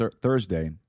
Thursday